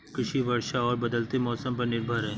कृषि वर्षा और बदलते मौसम पर निर्भर है